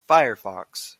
firefox